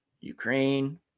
Ukraine